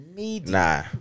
Nah